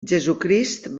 jesucrist